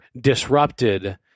disrupted